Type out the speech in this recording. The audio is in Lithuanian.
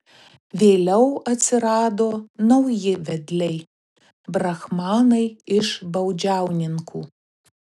vėliau atsirado nauji vedliai brahmanai iš baudžiauninkų